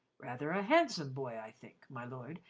rather a handsome boy, i think, my lord,